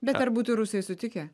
bet ar būtų rusai sutikę